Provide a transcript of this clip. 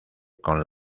con